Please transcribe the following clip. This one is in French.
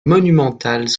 monumentales